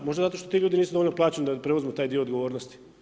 Možda zato što ti ljudi nisu dovoljno plaćeni da preuzmu taj dio odgovornosti.